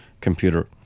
computer